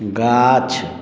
गाछ